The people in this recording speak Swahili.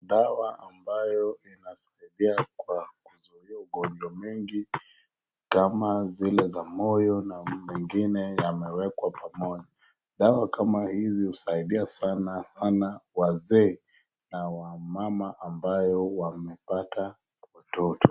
Dawa ambayo inasaidia kwa kuzuia ugonjwa mingi kama zile ya moyo na mengine, yamewekwa pamoja. Dawa kama hizi husaidia sana sana wazee, na wamama ambayo wamepata watoto.